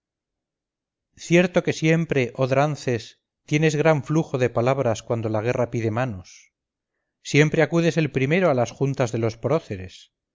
cierto que siempre oh drances tienes gran flujo de palabras cuando la guerra pide manos siempre acudes el primero a las juntas de los próceres